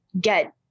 get